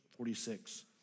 46